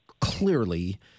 clearly